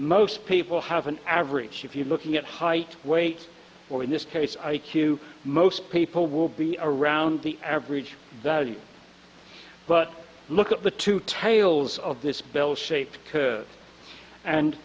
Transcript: most people have an average if you're looking at height weight or in this case i q most people will be around the average that but look at the two tails of this bell shaped